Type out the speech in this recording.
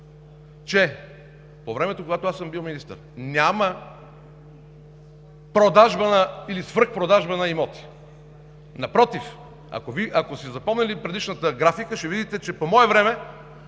че по времето, когато аз съм бил министър, няма продажба или свръхпродажба на имоти. Напротив, ако сте запомнили предишната графика, ще видите, че по мое време